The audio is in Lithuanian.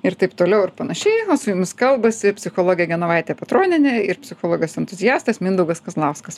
ir taip toliau ir panašiai o su jumis kalbasi psichologė genovaitė petronienė ir psichologas entuziastas mindaugas kazlauskas